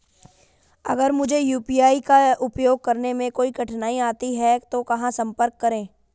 अगर मुझे यू.पी.आई का उपयोग करने में कोई कठिनाई आती है तो कहां संपर्क करें?